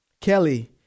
Kelly